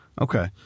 Okay